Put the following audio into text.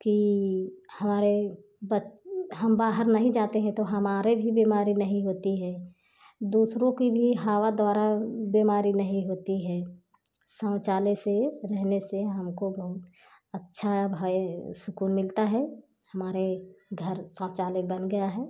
हमारे बच् हम बाहर नहीं जाते हैं तो हमारे भी बीमारी नहीं होती है दूसरों की भी हवा द्वारा बीमारी नहीं होती है शौचालय से रहने से हमको बहुत अच्छा है भाई सुकून मिलता है हमारे घर शौचालय बना गया है